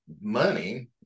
money